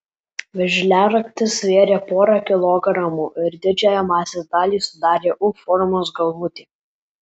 veržliaraktis svėrė porą kilogramų ir didžiąją masės dalį sudarė u formos galvutė